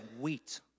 wheat